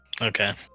Okay